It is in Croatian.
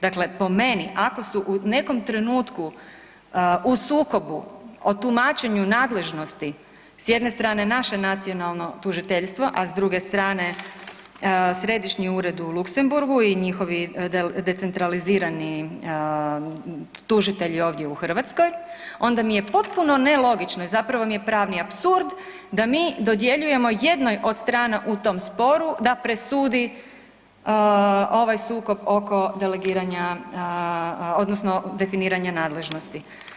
Dakle, po meni ako su u nekom trenutku u sukobu o tumačenju nadležnosti s jedne strane naše nacionalno tužiteljstvo a s druge strane središnji ured u Luksemburgu i njihovi decentralizirani tužitelji ovdje u Hrvatskoj, onda mi je potpuno nelogično i zapravo mi je pravni apsurd da mi dodjeljujemo jednoj od strana u tom sporu da presudi ovaj sukob oko delegiranja odnosno definiranja nadležnosti.